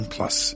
Plus